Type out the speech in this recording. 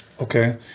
Okay